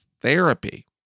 therapy